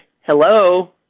Hello